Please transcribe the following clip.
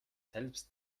selbst